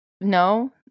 no